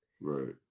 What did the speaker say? Right